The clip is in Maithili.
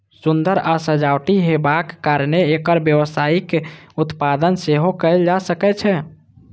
सुंदर आ सजावटी हेबाक कारणें एकर व्यावसायिक उत्पादन सेहो कैल जा सकै छै